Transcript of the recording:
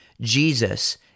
Jesus